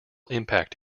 impact